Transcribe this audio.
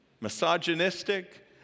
misogynistic